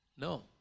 No